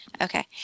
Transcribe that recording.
Okay